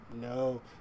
No